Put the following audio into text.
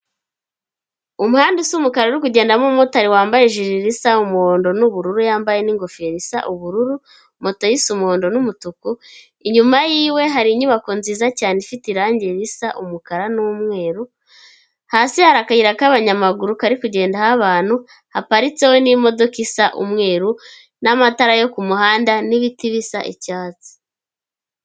umuhanda usa umukara uri kugendamo umumotari wambaye ijiri risa umuhondo n'ubururu yambaye n'ingofero isa ubururu moto ye isa umuhondo n'umutuku inyuma yiwe hari inyubako nziza cyane ifite irangi risa umukara n'umweru hasi hari akayira k'abanyamaguru kari kugenda ahoban haparitseho n'imodoka isa umweru n'amatara yo kumuhanda n'ibiti bisa icyatsi.